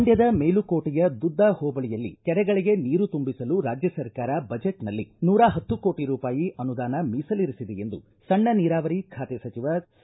ಮಂಡ್ಕದ ಮೇಲುಕೋಟೆಯ ದುದ್ದ ಹೋಬಳಿಯಲ್ಲಿ ಕೆರೆಗಳಿಗೆ ನೀರು ತುಂಬಿಸಲು ರಾಜ್ಯ ಸರ್ಕಾರ ಬಜೆಟ್ನಲ್ಲಿ ನೂರಾ ಹತ್ತು ಕೋಟ ರೂಪಾಯಿ ಅನುದಾನ ಮೀಸಲಿರಿಸಿದೆ ಎಂದು ಸಣ್ಣ ನೀರಾವರಿ ಖಾತೆ ಸಚಿವ ಸಚಿವ ಸಿ